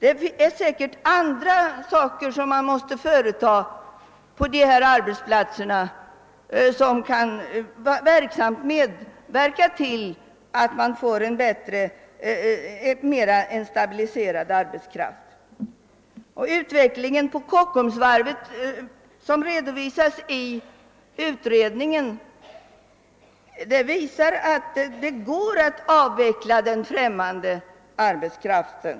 På dessa arbetsplatser måste man säkerligen vidta andra åtgärder som verkligen kan leda till att man får en mera stabil arbetskraft. redovisas i utredningen, visar uttryckt i siffror att det går att avveckla den främmande arbetskraften.